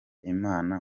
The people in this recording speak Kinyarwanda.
imana